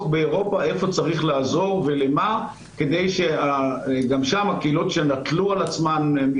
באירופה איפה צריך לעזור ולמה כדי שגם שם הקהילות שנטלו על עצמן,